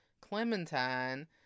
Clementine